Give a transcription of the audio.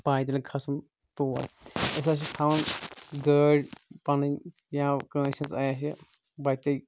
پایدلۍ کھَسُن تور أسۍ ہسا چھِ تھاوان گٲڑۍ پَنٕنۍ یا کٲنٛسہِ ہِنٛز آسہِ وَتے